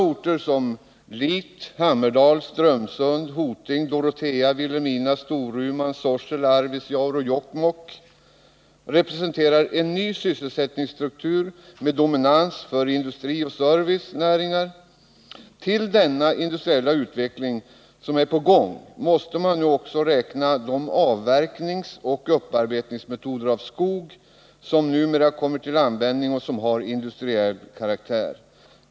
Orter som Lit, Hammerdal, Strömsund, Hoting, Dorotea, Vilhelmina, Storuman, Sorsele, Arvidsjaur och Jokkmokk representerar samhällen med en ny sysselsättningsstruktur med dominans av industrioch servicenäringar. Till den industriella utveckling som är på gång måste man också räkna den verksamhet med avverkning och upparbetning av skog som numera bedrivs med sådana metoder att verksamheten har industriell karaktär.